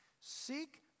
Seek